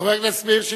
חבר הכנסת מאיר שטרית,